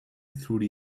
through